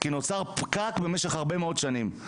כי נוצר פקק במשך הרבה מאוד שנים,